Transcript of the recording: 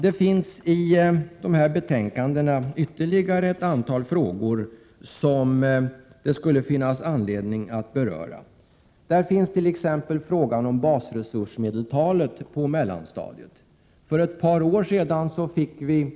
Det finns i dessa betänkanden ytterligare ett antal frågor som det skulle finnas anledning att beröra. Här finns t.ex. frågan om basresursmedeltalet på mellanstadiet. För ett par år sedan fick vi i budgetpropositio 9” Prot.